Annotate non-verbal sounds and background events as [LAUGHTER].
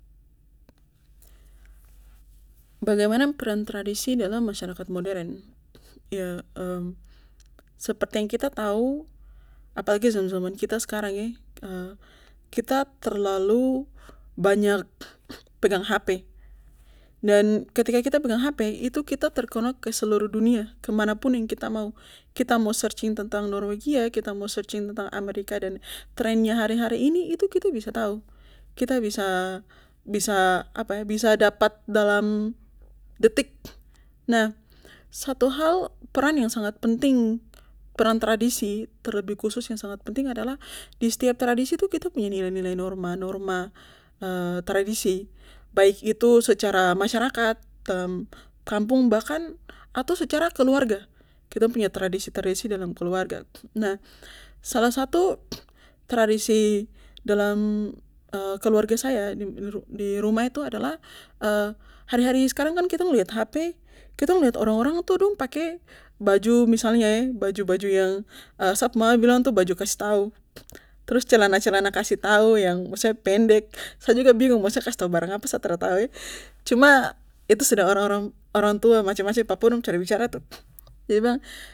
[HESITATION] [NOISE] bagaimana peran tradisi dalam masyarakat moderen yah [HESITATION] seperti yang kita tau apalagi jaman jaman kita sekarang [HESITATION] kita terlalu banyak [NOISE] pegang HP dan ketika kita pegang HP itu kita terkonek ke seluruh dunia kemanapun yang kita mau, kita mau searching tentang norwegia kita mau searching tentang amerika dan trendnya hari hari ini itu kita bisa tau kita bisa [HESITATION] bisa apa eh bisa dapat dalam detik nah satu hal peran yang sangat penting peran tradisi terlebih khusus yang sangat penting adalah di setiap tradisi itu kita punya nilai-nilai norma-norma [HESITATION] tradisi baik itu secara masyarakat [UNINTELLIGIBLE] kampung bahkan atau secara keluarga kitong punya tradisi-tradisi dalam keluarga. [NOISE] nah salah satu [NOISE] tradisi dalam [HESITATION] keluarga saya di rumah itu adalah [HESITATION] hari hari sekarang kitong liat HP kitong liat orang-orang tu dong pake baju misalnya [HESITATION] baju baju yang sap mama bilang tuh baju kastau [NOISE] trus celana celan kastau yang maksudnya pendek sa juga binggung maksudnya kastau barang apa sa tra tau [HESITATION] cuma itu sudah orang-orang orang tua mace mace papua dong pu cara bicara tuh [NOISE] memang